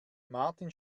martin